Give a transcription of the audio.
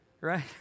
right